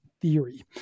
theory